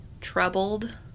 troubled